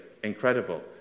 Incredible